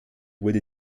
wurde